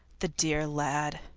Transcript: the dear lad,